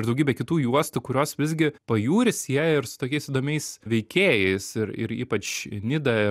ir daugybė kitų juostų kurios visgi pajūrį sieja ir su tokiais įdomiais veikėjais ir ir ypač nida